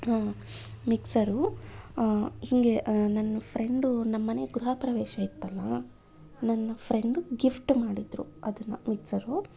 mixer ಹೀಗೆ ನನ್ನ friend ನಮ್ಮ ಮನೆ ಗೃಹಪ್ರವೇಶ ಇತ್ತಲ್ಲ ನನ್ನ ಫ್ರೆಂಡು ಗಿಫ್ಟ್ ಮಾಡಿದ್ದರು ಅದನ್ನು ಮಿಕ್ಸರು